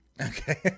Okay